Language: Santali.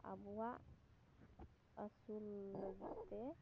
ᱟᱵᱚᱣᱟᱜ ᱟᱹᱥᱩᱞ ᱞᱟᱹᱜᱤᱫ ᱛᱮ